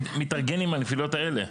להתארגן עם הנפילות האלה?